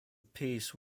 peace